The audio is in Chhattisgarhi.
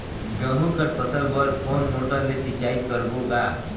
गहूं कर फसल बर कोन मोटर ले सिंचाई करबो गा?